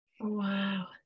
Wow